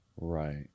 Right